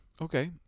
Okay